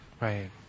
Right